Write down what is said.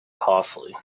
costly